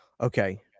Okay